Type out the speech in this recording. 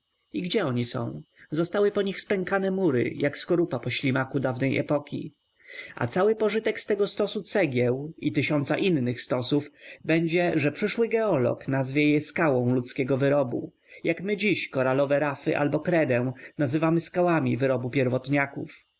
i gdzie oni są zostały po nich spękane mury jak skorupa po ślimaku dawnej epoki a cały pożytek z tego stosu cegieł i tysiąca innych stosów będzie że przyszły geolog nazwie je skałą ludzkiego wyrobu jak my dziś koralowe rafy albo kredę nazywamy skałami wyrobu pierwotniaków i